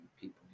people